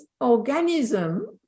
organism